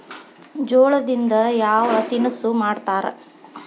ಜೋಳದಿಂದ ಯಾವ ತಿನಸು ಮಾಡತಾರ?